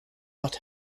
butt